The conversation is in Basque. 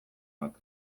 bat